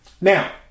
Now